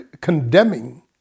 condemning